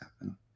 happen